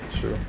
sure